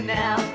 now